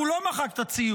והוא לא מחק את הציוץ,